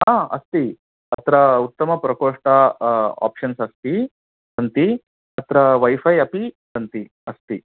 आम् अस्ति अत्र उत्तम प्रकोष्ठा आफ्षेन्स् अस्ति सन्ति अत्र वैफै अपि सन्ति अस्ति